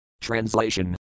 Translation